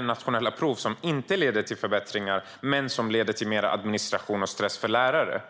nationella prov, som inte leder till förbättringar men som leder till mer administration och stress för lärare.